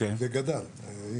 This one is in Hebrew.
זה גדל.